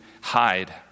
hide